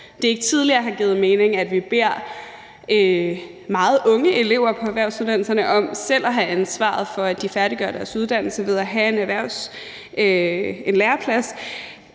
at det ikke tidligere har givet mening, at vi har bedt meget unge elever på erhvervsuddannelserne om selv at have ansvaret for, at de færdiggør deres uddannelse ved at have en læreplads,